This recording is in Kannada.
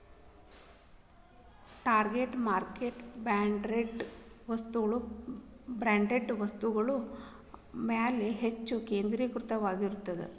ಟಾರ್ಗೆಟ್ ಮಾರ್ಕೆಟ್ ಬ್ರ್ಯಾಂಡೆಡ್ ವಸ್ತುಗಳ ಮ್ಯಾಲೆ ಹೆಚ್ಚ್ ಕೇಂದ್ರೇಕೃತವಾಗಿರತ್ತ